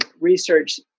research